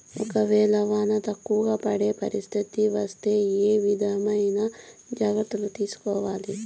ఒక వేళ వాన తక్కువ పడే పరిస్థితి వస్తే ఏ విధమైన జాగ్రత్తలు తీసుకోవాలి?